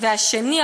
והשני,